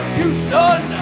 Houston